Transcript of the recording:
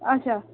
آچھا